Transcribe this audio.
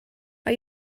are